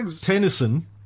Tennyson